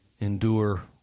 endure